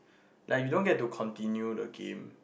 like you don't get to continue the game